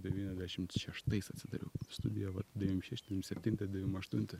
devyniasdešimt šeštais atsidariau studija vat devym šešti devym septinti devym aštunti